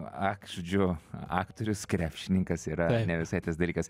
ak žodžiu aktorius krepšininkas yra ne visai tas dalykas